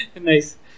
Nice